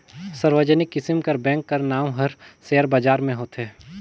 सार्वजनिक किसिम कर बेंक कर नांव हर सेयर बजार में होथे